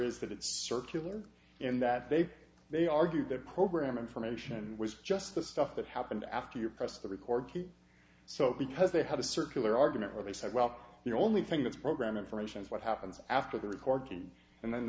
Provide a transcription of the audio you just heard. is that it's circular and that they say they argue that program information was just the stuff that happened after you're pressed the record so because they had a circular argument or they said well the only thing that's program information is what happens after the recording and then